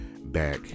back